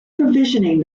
provisioning